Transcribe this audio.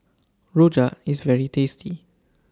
Rojak IS very tasty